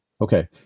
Okay